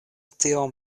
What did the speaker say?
tiom